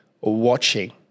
watching